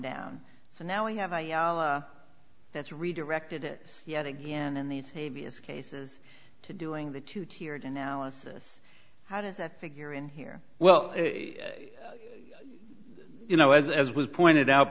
down so now we have a yellow that's redirected it yet again in these a b s cases to doing the two tiered analysis how does that figure in here well you know as as was pointed out